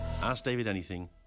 AskDavidAnything